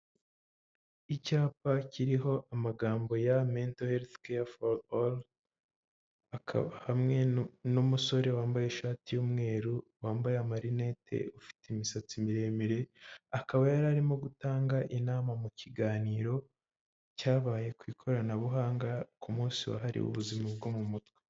Icyapa kiriho amagambo ya mental health care for all akaba hamwe n'umusore wambaye ishati y'umweru wambaye amarinete ufite imisatsi miremire akaba yararimo gutanga inama mu kiganiro cyabaye ku ikoranabuhanga ku munsi wahariwe ubuzima bwo mu mutwe.